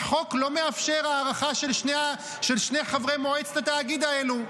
שהחוק לא מאפשר הארכה לשני חברי מועצת התאגיד האלה,